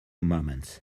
moments